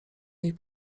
jej